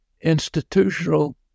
institutional